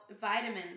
vitamins